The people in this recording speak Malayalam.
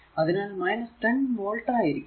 അതിനാൽ 10 വോൾട് ആയിരിക്കും